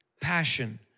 Passion